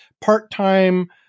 part-time